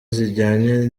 zijyanye